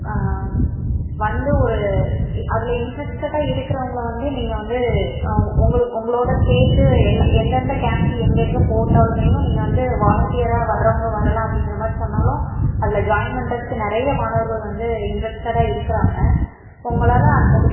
வந்து ஒரு அதில் இன்ட்ரஸ்ட்டடாக இருக்குறவங்களை வந்து நீங்கள் வந்து உங்களு உங்களோட சேர்த்து எல் எந்தெந்த கேம்ப்பு எங்கெங்க போட்டாலுமேவும் நீங்கள் வந்து வாலண்டியராக வரவங்க வரலாம் அப்படிங்கற மாதிரி சொன்னாலும் அதில் ஜாயின் பண்ணுறதுக்கு நிறைய மாணவர்கள் வந்து இன்ட்ரஸ்ட்டடாக இருக்குறாங்க உங்களால அதமாதிரி